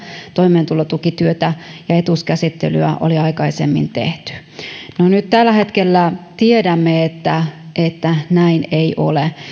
toimeentulotukityötä ja etuuskäsittelyä oli aikaisemmin tehty tällä hetkellä tiedämme että että näin ei ole